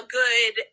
good